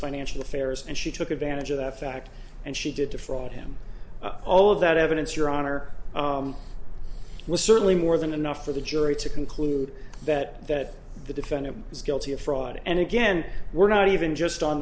affairs and she took advantage of that fact and she did defraud him all of that evidence your honor was certainly more than enough for the jury to conclude that that the defendant is guilty of fraud and again we're not even just on